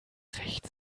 recht